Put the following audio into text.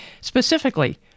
specifically